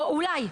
אולי,